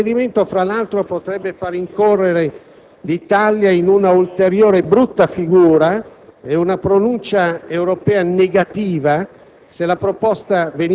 Il provvedimento, fra l'altro, potrebbe far incorrere l'Italia in una ulteriore brutta figura e in una pronuncia europea negativa